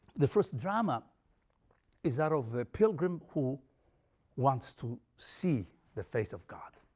the first drama is that of the pilgrim who wants to see the face of god,